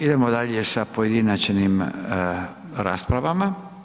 Idemo dalje sa pojedinačnim raspravama.